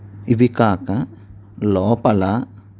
ఇవి కాక లోపల